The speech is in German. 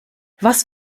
was